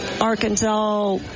Arkansas